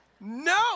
no